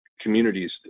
communities